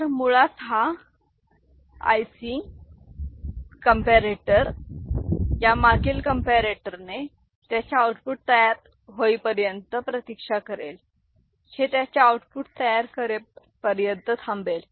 तर मुळात हा IC कंपॅरॅटर या मागील कंपॅरॅटरने त्याचे आउटपुट तयार होईपर्यंत प्रतीक्षा करेल हे त्याचे आऊटपुट तयार करेपर्यंत थांबेल